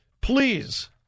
please